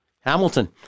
Hamilton